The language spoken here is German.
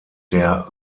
der